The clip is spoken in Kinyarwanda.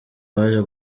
baje